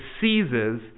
seizes